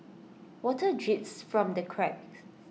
water drips from the cracks